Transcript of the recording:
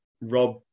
Rob